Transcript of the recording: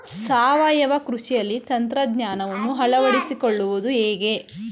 ಸಾವಯವ ಕೃಷಿಯಲ್ಲಿ ತಂತ್ರಜ್ಞಾನವನ್ನು ಅಳವಡಿಸಿಕೊಳ್ಳುವುದು ಹೇಗೆ?